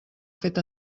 fet